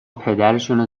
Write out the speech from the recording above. پدرشونو